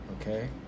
okay